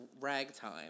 Ragtime